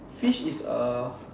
fish is a